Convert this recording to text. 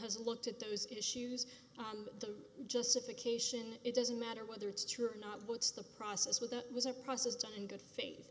has looked at those issues on the justification it doesn't matter whether it's true or not what's the process with that was a process done in good faith